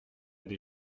des